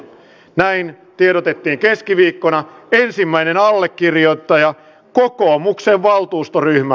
näin tiedotettiin keskiviikkona ensimmäinen allekirjoittaja kokoomuksen valtuustoryhmä